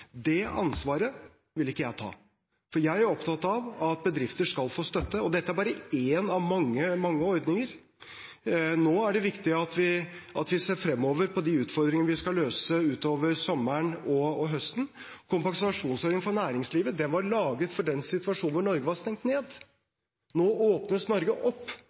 Det ansvaret vil ikke jeg ta, for jeg er opptatt av at bedrifter skal få støtte – og dette er bare én av mange, mange ordninger. Nå er det viktig at vi ser fremover på de utfordringene vi skal løse utover sommeren og høsten. Kompensasjonsordningen for næringslivet var laget for den situasjonen hvor Norge var stengt ned. Nå åpnes Norge opp,